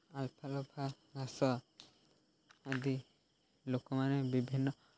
ଘାସ ଆଦି ଲୋକମାନେ ବିଭିନ୍ନ